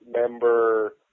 member